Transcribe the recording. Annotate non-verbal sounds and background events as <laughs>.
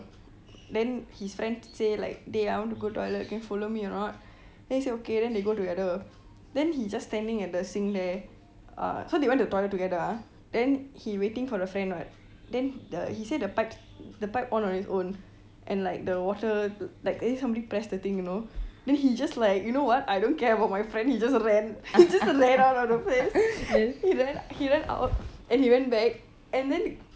then his friends say like dey I want to go toilet can follow me or not then he say okay then they go together then he just standing at the sink there ah so they went to toilet together ah then he waiting for the friend [what] then the he say the pipe the pipe on on its own and like the water like as if somebody press the thing you know then he just like you know what I don't care about my friend he just ran he just ran out of his friend <laughs> he ran out and he went back and then